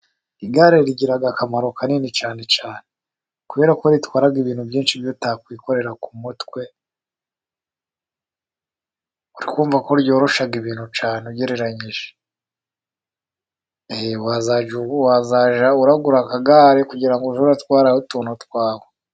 Igare rigira akamaro kanini cyane cyane, kuberako ritwara ibintu byinshi cyane utakwikorera ku mutwe. Uri kumva koryoroshya ibintu cyane ugereranyije. Wazajya ugura akagare kugira ngo ujye utwaraho utuntu twawe.